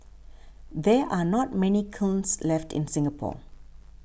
there are not many kilns left in Singapore